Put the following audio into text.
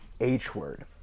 h-word